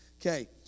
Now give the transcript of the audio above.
Okay